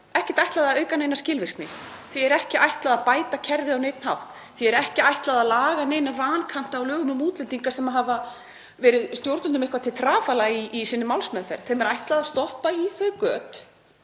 ekki ætlað að auka neina skilvirkni. Því er ekki ætlað að bæta kerfið á neinn hátt. Því er ekki ætlað að laga neina vankanta á lögum um útlendinga sem hafa verið stjórnvöldum eitthvað til trafala í sinni málsmeðferð. Þeim er ætlað að stoppa í þau göt